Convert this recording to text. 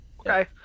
okay